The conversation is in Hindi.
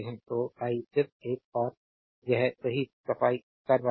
तो आई सिर्फ एक और यह सही सफाई कर रहा हूं